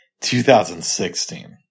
2016